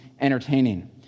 entertaining